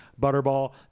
Butterball